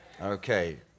Okay